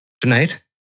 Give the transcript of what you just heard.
Tonight